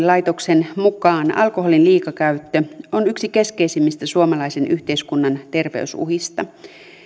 laitoksen mukaan alkoholin liikakäyttö on yksi keskeisimmistä suomalaisen yhteiskunnan terveysuhista